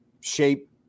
shape